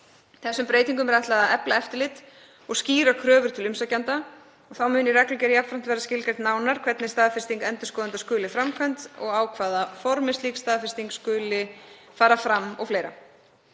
Þessum breytingum er ætlað að efla eftirlit og skýra kröfur til umsækjenda og þá mun í reglugerð jafnframt verða skilgreint nánar hvernig staðfesting endurskoðenda skuli framkvæmd og á hvaða formi slík staðfesting skuli fara fram og fleira.